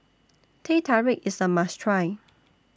Teh Tarik IS A must Try